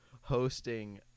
hosting